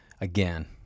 again